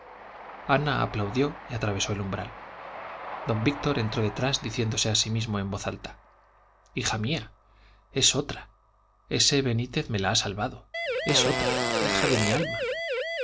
ana aplaudió y atravesó el umbral don víctor entró detrás diciéndose a sí mismo en voz alta hija mía es otra ese benítez me la ha salvado es otra hija de mi alma